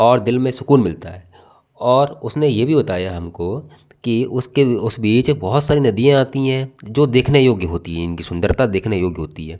और दिल में सुकून मिलता है और उसने ये भी बताया हमको कि उसके उस बीच बहुत सारी नदियाँ आती हैं जो देखने योग्य होती हैं इनकी सुंदरता देखने योग्य होती है